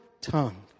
tongue